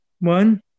one